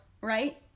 right